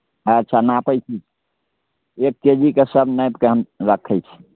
अच्छा नापै छी एक के जी के सभ नापि कऽ हम रखै छी